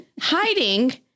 hiding